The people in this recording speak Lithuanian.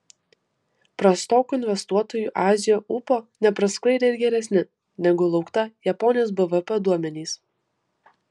prastoko investuotojų azijoje ūpo neprasklaidė ir geresni negu laukta japonijos bvp duomenys